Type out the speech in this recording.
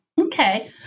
Okay